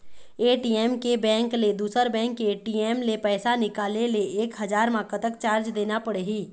ATM के bank ले दुसर बैंक के ए.टी.एम ले पैसा निकाले ले एक हजार मा कतक चार्ज देना पड़ही?